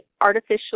artificial